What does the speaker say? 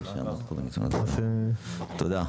תודה.